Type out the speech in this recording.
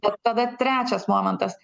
ir tada trečias momentas